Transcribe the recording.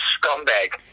scumbag